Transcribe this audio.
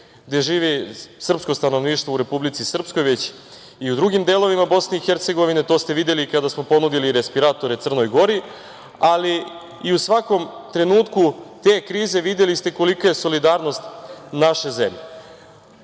gde živi srpsko stanovništvo u Republici srpskoj, već i u drugim delovima Bosne i Hercegovine. To ste videli kada smo ponudili respiratore Crnoj Gori, ali i u svakom trenutku te krize videli ste kolika je solidarnost naše zemlje. Stvari